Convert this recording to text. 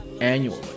annually